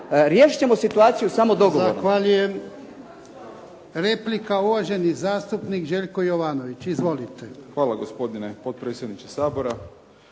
Riješit ćemo situaciju samo dogovorom.